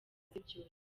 z’ibyorezo